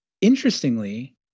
interestingly